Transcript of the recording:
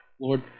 Lord